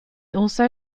also